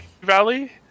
Valley